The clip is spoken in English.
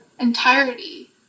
entirety